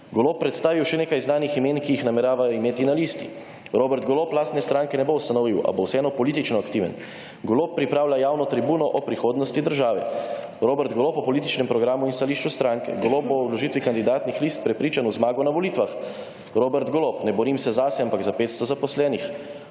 Golob predstavil še nekaj znanih imen, ki jih nameravajo imeti na listi, Robert Golob lastne stranke ne bo ustanovil, a bo vseeno politično aktiven, Golob pripravlja javno tribuno o prihodnosti države, Robert Golob o političnem programu in stališču stranke, Golob ob vložitvi kandidatnih list prepričan v zmago na volitvah, Robert Golob: Ne borim se zase, ampak za 500 zaposlenih,